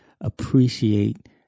appreciate